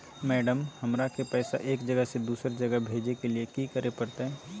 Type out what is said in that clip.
Madam, हमरा के पैसा एक जगह से दुसर जगह भेजे के लिए की की करे परते?